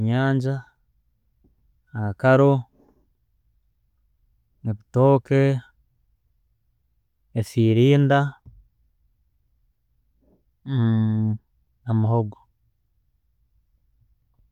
Njangya, akaro, ebitooke, efirinda namuhogo.